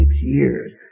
years